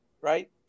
right